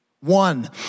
One